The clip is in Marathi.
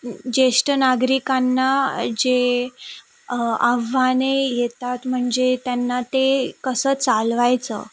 ज्येष्ठ नागरिकांना जे आव्हाने येतात म्हणजे त्यांना ते कसं चालवायचं